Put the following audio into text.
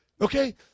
Okay